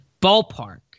ballpark